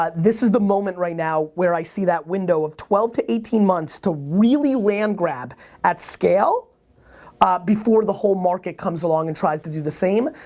ah this is the moment right now where i see that window of twelve to eighteen months to really land grab at scale before the whole market comes along and tries to do the same.